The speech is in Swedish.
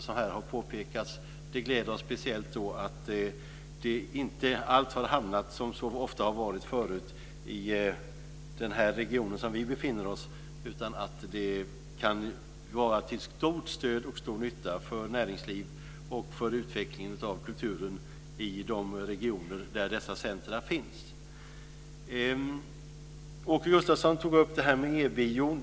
Som här har påpekats gläder det oss speciellt att det inte alls, som så ofta tidigare har varit fallet, har hamnat i den region som vi befinner oss i. Dessa centrum kan vara till stort stöd och till stor nytta för näringsliv och för utvecklingen av kulturen i de regioner där de finns. Åke Gustavsson tog upp frågan om e-bio.